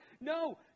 No